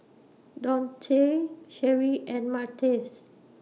Donte Sherri and Martez